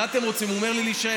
מה אתם רוצים, הוא אומר לי להישאר.